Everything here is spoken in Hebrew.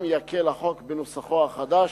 שעמם יקל החוק בנוסחו החדש,